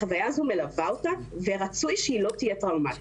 החוויה הזו מלווה אותה ורצוי שהיא לא תהיה טראומטית.